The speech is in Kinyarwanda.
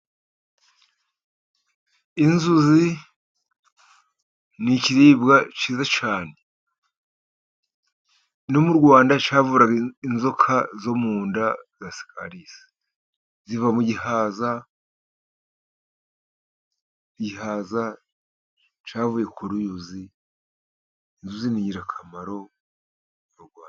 Inzuzi ni ikiribwa cyiza cyane ,no mu Rwanda cyavuraga inzoka zo mu nda za sikarisi, ziva mu gihaza ,igihaza cyavuye ku ruyuzi, inzu n'ingirakamaro mu Rwanda.